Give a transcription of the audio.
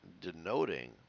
denoting